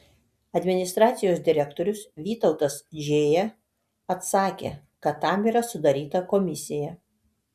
administracijos direktorius vytautas džėja atsakė kad tam yra sudaryta komisija